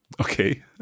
Okay